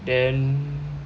then